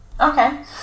Okay